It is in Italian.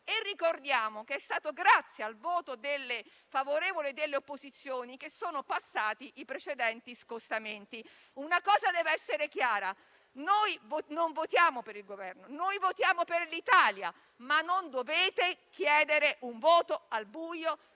Ricordiamo che è stato grazie al voto favorevole delle opposizioni che sono stati approvati i precedenti scostamenti. Una cosa deve essere chiara: noi non votiamo per il Governo ma per l'Italia e non dovete chiedere un voto al buio